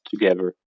together